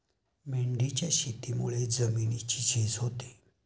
मेंढीच्या शेतीमुळे जमिनीची झीज होते